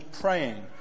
praying